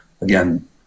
again